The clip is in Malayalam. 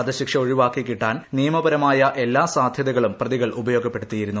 വധശിക്ഷ ഒഴിവാക്കി കിട്ടാൻ നിയമപരമായ സാധ്യതകളും പ്രതികൾ ഉപയോഗപ്പെടുത്തിയിരുന്നു